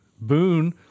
Boone